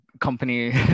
company